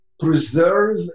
preserve